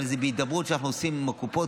אבל זה בהידברות שאנחנו עושים עם הקופות,